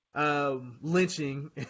Lynching